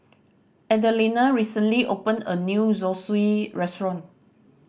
Adelina recently opened a new Zosui Restaurant